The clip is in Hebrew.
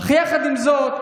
אך יחד עם זאת,